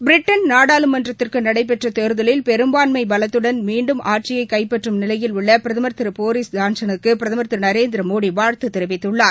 Britain நாடாளுமன்றத்துக்கு நடைபெற்ற தேர்தலில் பெரும்பான்மை பலத்துடன் மீண்டும் ஆட்சியை கைப்பற்றும் நிலையில் உள்ள பிரதமா் திரு போரீஸ் ஜான்கனுக்கு பிரதமா் திரு நரேந்திரமோடி வாழ்த்து தெரிவித்துள்ளார்